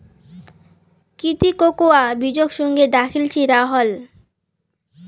की ती कोकोआ बीजक सुंघे दखिल छि राहल